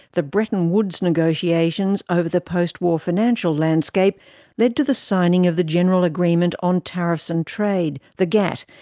the bretton woods negotiations over the post-war financial landscape led to the signing of the general agreement on tariffs and trade, the gatt,